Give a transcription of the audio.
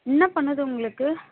என்ன பண்ணுது உங்களுக்கு